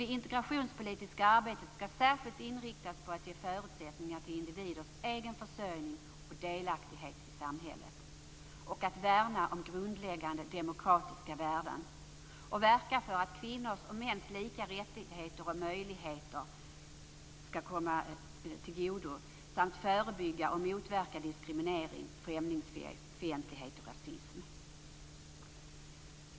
Det integrationspolitiska arbetet skall särskilt inriktas på att ge förutsättningar för individers egen försörjning och delaktighet i samhället, att värna om grundläggande demokratiska värden, att verka för kvinnors och mäns lika rättigheter och möjligheter samt att förebygga och motverka diskriminering, främlingsfientlighet och rasism.